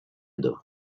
other